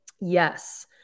Yes